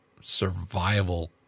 survival